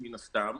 מן הסתם,